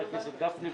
חבר הכנסת גפני,